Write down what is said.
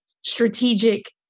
strategic